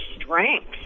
strength